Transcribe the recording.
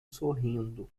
sorrindo